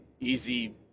easy